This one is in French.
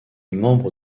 membre